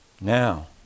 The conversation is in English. Now